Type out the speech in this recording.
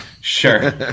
Sure